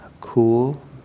cool